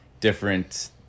different